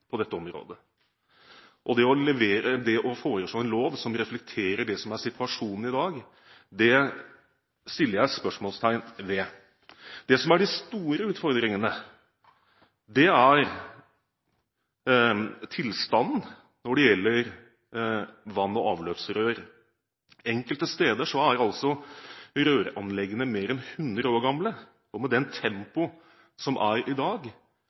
på dette området, og det å foreslå en lov som reflekterer det som er situasjonen i dag, setter jeg spørsmålstegn ved. Det som er de store utfordringene, er tilstanden når det gjelder vann- og avløpsrør. Enkelte steder er altså røranleggene mer enn 100 år gamle, og med det tempoet som er i dag,